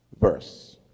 verse